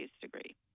degree